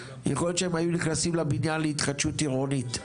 יכול להיות שהם היו נכנסים לבניין להתחדשות עירונית,